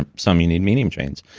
and some you need medium chains.